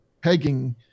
pegging